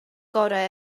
gorau